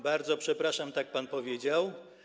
Bardzo przepraszam, tak pan powiedział.